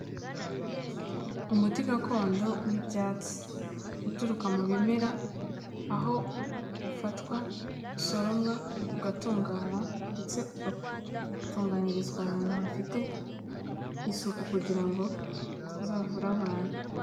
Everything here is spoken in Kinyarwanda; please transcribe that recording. Umuti gakondo w'ibyatsi, uturuka mu bimera, aho ufatwa usoromwa, ugatunganywa ndetse ugatunganyirizwa ahantu hafite isuku kugira ngo uzavure abantu.